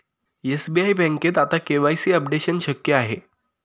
SBI बँकेत आता KYC updation शक्य आहे